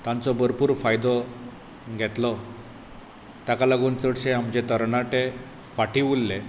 तांचो भरपूर फायदो घेतलो ताका लागून चडशे आमचे तरणाटे फाटी उरले